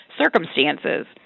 circumstances